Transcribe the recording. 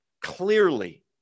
clearly